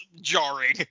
jarring